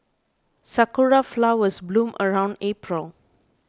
sakura flowers bloom around April